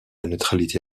neutralité